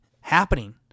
happening